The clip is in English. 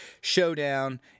showdown